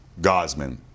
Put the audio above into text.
Gosman